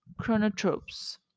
chronotropes